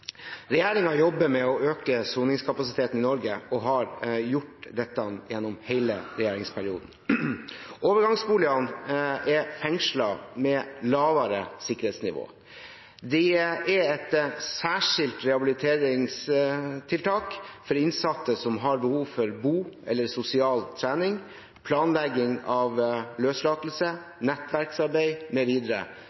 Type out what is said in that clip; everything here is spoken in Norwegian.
jobber med å øke soningskapasiteten i Norge og har gjort dette gjennom hele regjeringsperioden. Overgangsboligene er fengsler med lavere sikkerhetsnivå. De er et særskilt rehabiliteringstiltak for innsatte som har behov for botrening eller sosial trening, planlegging av løslatelse,